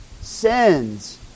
sins